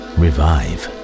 revive